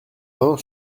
vingt